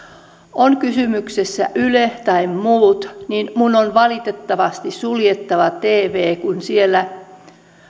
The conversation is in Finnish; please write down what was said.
on kysymyksessä yle tai muut niin minun on valitettavasti suljettava tv kun siellä